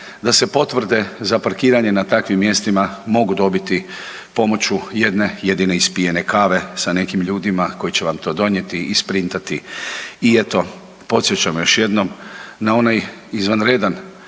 da se potvrde za parkiranje na takvim mjestima mogu dobiti pomoću jedne jedine ispijene kave sa nekim ljudima koji će vam to donijeti, isprintati i eto podsjećam još jednom na onaj izvanredan